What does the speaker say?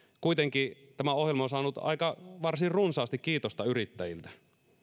kuitenkin tämä ohjelma on saanut varsin runsaasti kiitosta yrittäjiltä